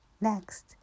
Next